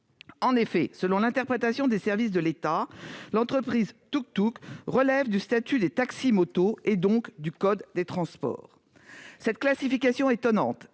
En effet, selon l'interprétation des services de l'État, l'entreprise relève du statut des taxis-motos, donc du code des transports. Cette classification étonnante